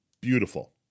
beautiful